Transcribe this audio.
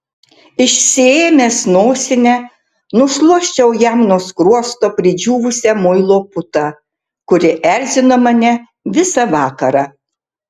išsiėmęs nosinę nušluosčiau jam nuo skruosto pridžiūvusią muilo putą kuri erzino mane visą vakarą